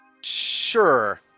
Sure